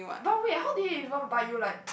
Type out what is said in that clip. but wait how did it even bite you like